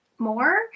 more